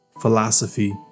philosophy